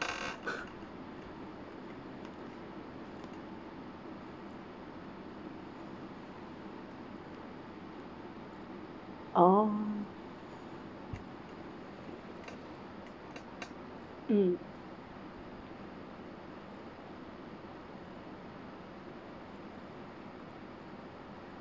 oh um